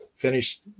finished